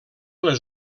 les